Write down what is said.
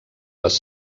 les